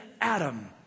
Adam